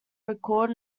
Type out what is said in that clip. record